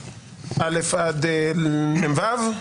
א' עד ו'?